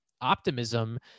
optimism